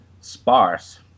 sparse